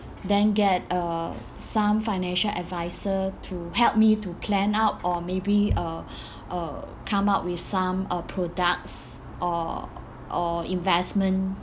then get uh some financial advisor to help me to plan out or maybe uh uh come out with some uh products or or investment